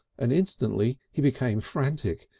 and instantly he became frantic.